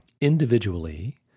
individually